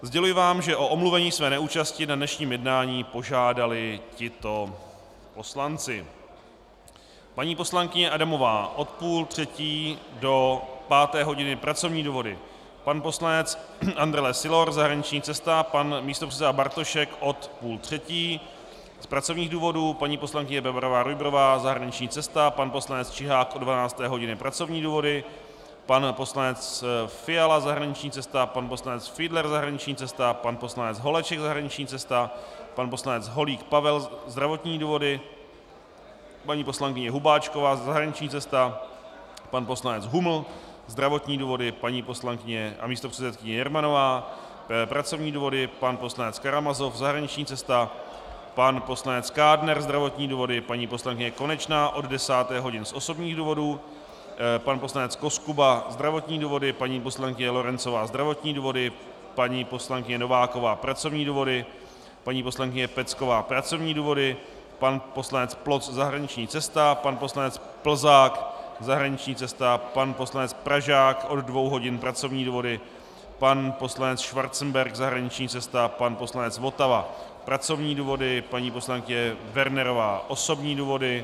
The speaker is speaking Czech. Sděluji vám, že o omluvení své neúčasti na dnešním jednání požádali tito poslanci: paní poslankyně Adamová od půl třetí do páté hodiny pracovní důvody, pan poslanec Andrle Sylor zahraniční cesta, pan místopředseda Bartošek od půl třetí z pracovních důvodů, paní poslankyně BebarováRujbrová zahraniční cesta, pan poslanec Čihák od 12. hodiny pracovní důvody, pan poslanec Fiala zahraniční cesta, pan poslanec Fiedler zahraniční cesta, pan poslanec Holeček zahraniční cesta, pan poslanec Holík Pavel zdravotní důvody, paní poslankyně Hubáčková zahraniční cesta, pan poslanec Huml zdravotní důvody, paní poslankyně a místopředsedkyně Jermanová pracovní důvody, pan poslanec Karamazov zahraniční cesta, pan poslanec Kádner zdravotní důvody, paní poslankyně Konečná od 10. hodiny z osobních důvodů, pan poslanec Koskuba zdravotní důvody, paní poslankyně Lorencová zdravotní důvody, paní poslankyně Nováková pracovní důvody, paní poslankyně Pecková pracovní důvody, pan poslanec Ploc zahraniční cesta, pan poslanec Plzák zahraniční cesta, pan poslanec Pražák od 14 hodin pracovní důvody, pan poslanec Schwarzenberg zahraniční cesta, pan poslanec Votava pracovní důvody, paní poslankyně Wernerová osobní důvody.